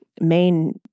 main